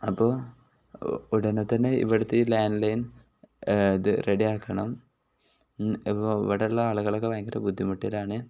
അപ്പോൾ ഉടനെ തന്നെ ഇവിടുത്തെ ഈ ലാൻഡ് ലൈൻ ഇത് റെഡി ആക്കണം ഇപ്പം ഇവിടെയുള്ള ആളുകളൊക്കെ ഭയങ്കര ബുദ്ധിമുട്ടിലാണ്